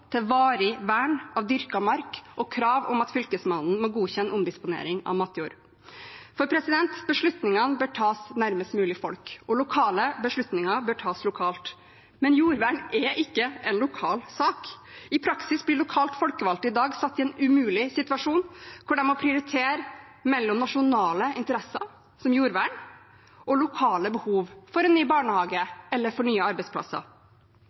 til varig vern av dyrket mark og krav om at Fylkesmannen må godkjenne omdisponering av matjord. For beslutningene bør tas nærmest mulig folk, og lokale beslutninger bør tas lokalt. Men jordvern er ikke en lokal sak. I praksis blir lokalt folkevalgte i dag satt i en umulig situasjon hvor de må prioritere mellom nasjonale interesser, som jordvern, og lokale behov – for en ny barnehage, eller for nye arbeidsplasser.